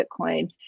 Bitcoin